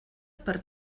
per